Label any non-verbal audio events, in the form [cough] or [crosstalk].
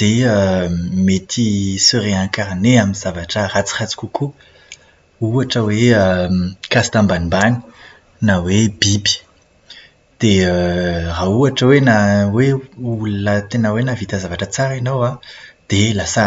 dia mety hi-se "réincarner" amin'ny zavatra ratsiratsy kokoa. Ohatra hoe [hesitation] "caste" ambanimbany na hoe biby. Dia [hesitation] raha ohatra hoe na- hoe olona tena hoe nahavita zavatra tsara ianao an, dia lasa